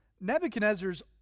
Nebuchadnezzar's